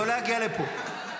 לא להגיע לפה.